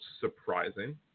surprising